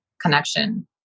connection